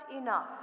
enough